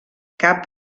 cap